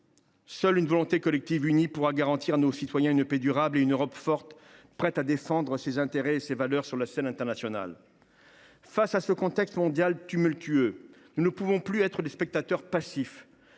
Seule une volonté collective, unie, pourra garantir à nos citoyens une paix durable et une Europe forte, prête à défendre ses intérêts et ses valeurs sur la scène internationale. Face à ce contexte mondial tumultueux, nous ne pouvons plus être des spectateurs passifs.